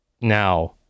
now